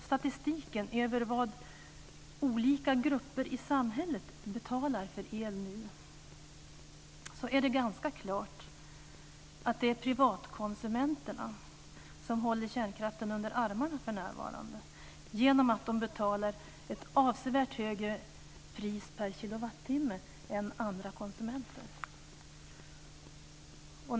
Statistiken över vad olika grupper i samhället betalar för el visar ganska klart att det är privatkonsumenterna som håller kärnkraften under armarna för närvarande genom att de betalar ett avsevärt högre pris per kilowattimme än andra konsumenter.